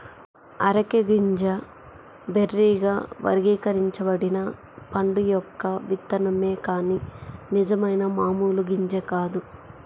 areca గింజ బెర్రీగా వర్గీకరించబడిన పండు యొక్క విత్తనమే కాని నిజమైన మామూలు గింజ కాదు